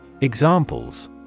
Examples